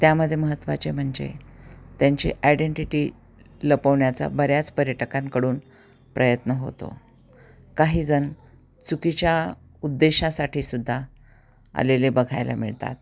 त्यामध्ये महत्वाचे म्हणजे त्यांची आयडेंटिटी लपवण्या्चा बऱ्याच पर्यटकांकडून प्रयत्न होतो काहीजण चुकीच्या उद्देशासाठी सुद्धा आलेले बघायला मिळतात